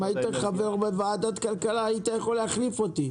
אם היית חבר בוועדת הכלכלה היית יכול להחליף אותי,